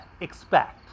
expect